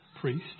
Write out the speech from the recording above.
priest